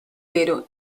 pero